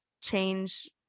change